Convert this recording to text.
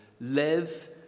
live